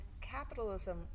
capitalism